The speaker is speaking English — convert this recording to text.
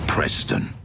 Preston